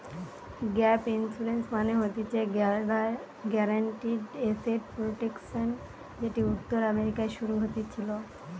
gap insurance মানে হতিছে guaranteed asset protection যেটি উত্তর আমেরিকায় শুরু হতেছিলো